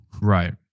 Right